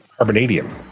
Carbonadium